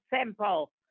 simple